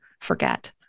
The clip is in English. forget